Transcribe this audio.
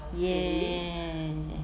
ye~